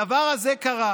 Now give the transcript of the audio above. הדבר הזה קרה